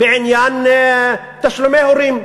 בעניין תשלומי הורים.